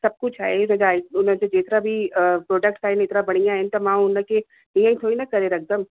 सभु कुझु आहे सॼा उनजा जेके बि प्रोडक्ट आहिनि एतिरा बढ़िया आहिनि त मां उनखे ईअं ई थोरी न करे रखंदमि